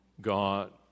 God